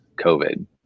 COVID